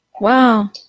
Wow